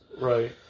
Right